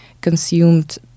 consumed